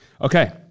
Okay